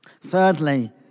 Thirdly